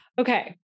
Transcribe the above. Okay